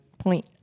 point